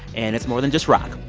and it's more than just rock.